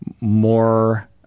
more